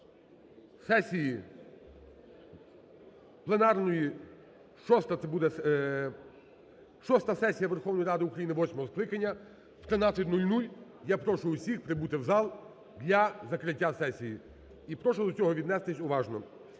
це буде… шоста сесія Верховної Ради України восьмого скликання. О 13.00 я прошу всіх прибути в зал для закриття сесії. І прошу до цього віднестися уважно.